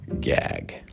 gag